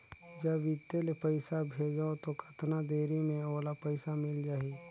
जब इत्ते ले पइसा भेजवं तो कतना देरी मे ओला पइसा मिल जाही?